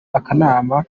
akanama